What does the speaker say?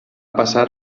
passar